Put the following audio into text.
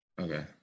Okay